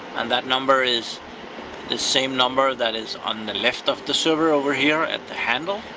and that number is the same number that is on the left of the server over here at the handle.